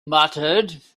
muttered